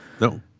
No